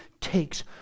takes